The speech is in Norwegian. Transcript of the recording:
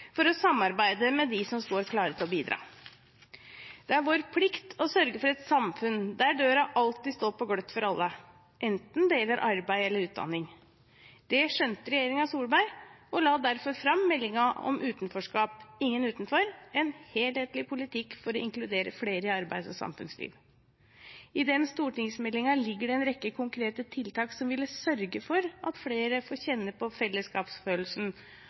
for å samarbeide med dem som står klare til å bidra. Det er vår plikt å sørge for et samfunn der døra alltid står på gløtt for alle, enten det gjelder arbeid eller utdanning. Det skjønte regjeringen Solberg og la derfor fram meldingen om utenforskap: Ingen utenfor – En helhetlig politikk for å inkludere flere i arbeids- og samfunnsliv. I denne stortingsmeldingen ligger det en rekke konkrete tiltak som ville sørge for at flere får kjenne på fellesskapsfølelsen